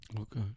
Okay